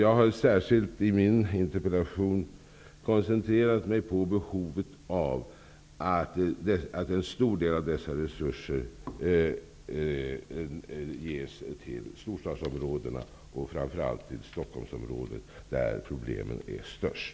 Jag har i min interpellation särskilt koncentrerat mig på behovet av att en stor del av dessa resurser ges till storstadsområdena och framför allt till Stockholmsområdet, där problemen är störst.